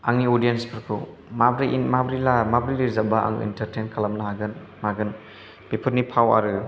आंनि अडियेन्सफोरखौ माब्रै ला माब्रै माब्रै रोजाब्ला आं इन्टारटेइन खालामनो हागोन मागोन बेफोरनि फाव आरो